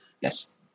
yes